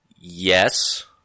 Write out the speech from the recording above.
yes